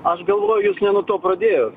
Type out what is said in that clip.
aš galvoju jūs ne nuo to pradėjot